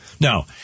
No